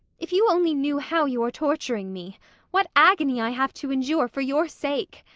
if you only knew how you are torturing me what agony i have to endure for your sake!